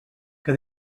que